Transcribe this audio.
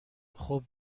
خوب